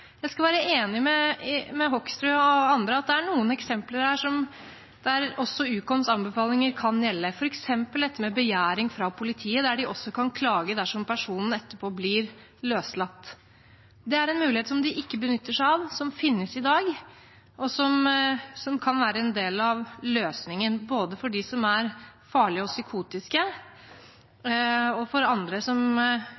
jeg skal være enig med Hoksrud og andre i at det er noen eksempler her hvor Ukoms anbefalinger kan gjelde, f.eks. når det gjelder dette med begjæring fra politiet, der de også kan klage dersom personen blir løslatt etterpå. Det er en mulighet som de ikke benytter seg av, som finnes i dag, og som kan være en del av løsningen, både for dem som er farlige og